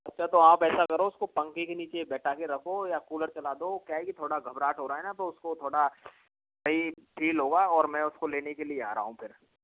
अच्छा तो आप ऐसा करो उसको पंखे के नीचे बैठा के रखो या कूलर चला दो क्या है कि थोड़ा घबराहट हो रहा है ना उसको थोड़ा अच्छा ही फील होगा और मैं उसको लेने के लिए आ रहा हूँ फिर